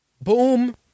Boom